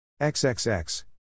XXX